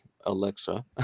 Alexa